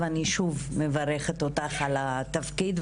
ואני שוב מברכת אותך על התפקיד,